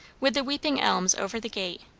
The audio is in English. with the weeping elms over the gate,